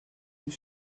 une